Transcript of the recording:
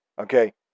okay